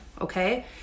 Okay